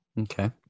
Okay